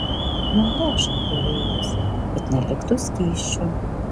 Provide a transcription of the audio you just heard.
nugręžk gerai juos kad neliktų skysčio